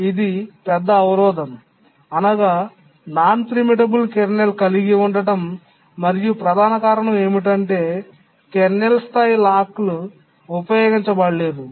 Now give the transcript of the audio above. కానీ ఇది పెద్ద అవరోధం అనగా నాన్ ప్రీమిటబుల్ కెర్నల్ కలిగి ఉండటం మరియు ప్రధాన కారణం ఏమిటంటే కెర్నల్ స్థాయి తాళాలు ఉపయోగించబడలేదు